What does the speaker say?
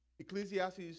Ecclesiastes